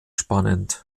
spannend